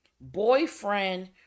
boyfriend